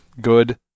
good